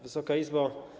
Wysoka Izbo!